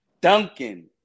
Duncan